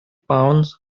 pounds